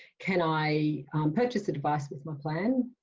can i purchase a device with my plan?